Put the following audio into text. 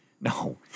No